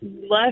left